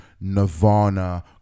Nirvana